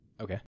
Okay